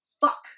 fuck